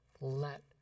Let